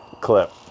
clip